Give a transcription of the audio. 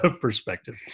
perspective